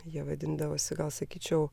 jie vadindavosi gal sakyčiau